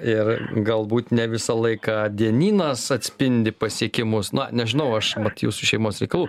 ir galbūt ne visą laiką dienynas atspindi pasiekimus na nežinau aš mat jūsų šeimos reikalų